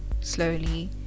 slowly